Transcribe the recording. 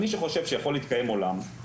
מי שחושב שיכול להתקיים עולם,